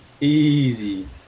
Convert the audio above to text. easy